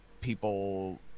people